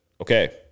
okay